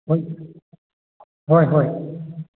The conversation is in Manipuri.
ꯍꯣꯏ ꯍꯣꯏ ꯍꯣꯏ